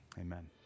Amen